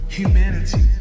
Humanity